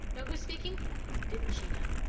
know who's speaking? oh, didn't she know!